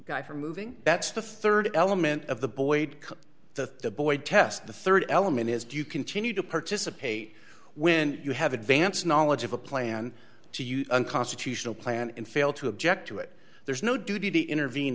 guy from moving that's the rd element of the boyd the boy test the rd element is do you continue to participate when you have advance knowledge of a plan to use unconstitutional plan and fail to object to it there's no duty to intervene